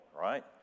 right